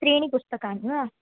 त्रीणि पुस्तकानि वा